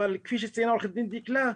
אבל כפי שציינה עו"ד דקלה,